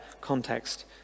context